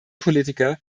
politiker